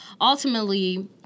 ultimately